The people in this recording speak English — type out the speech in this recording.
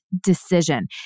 decision